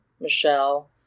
Michelle